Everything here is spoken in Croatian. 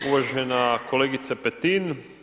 Uvažena kolegice Petin.